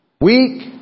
Weak